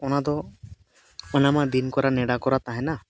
ᱚᱱᱟᱫᱚ ᱚᱱᱟᱢᱟ ᱫᱤᱱ ᱠᱚᱨᱟ ᱱᱮᱰᱟ ᱠᱚᱨᱟ ᱛᱟᱦᱮᱱᱟ